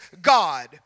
God